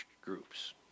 groups